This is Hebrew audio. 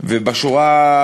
מה היה קורה.